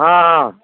ହଁଁ ହଁ